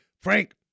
Frank